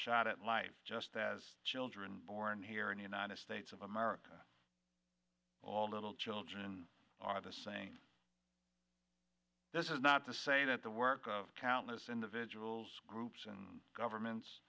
shot at life just as children born here in the united states of america all little children are the same this is not to say that the work of countless individuals groups and governments